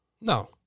No